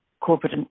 corporate